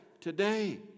today